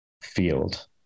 field